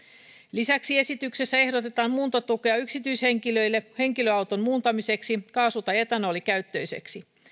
lisäksi esityksessä ehdotetaan muuntotukea yksityishenkilöille henkilöauton muuntamiseksi kaasu tai etanolikäyttöiseksi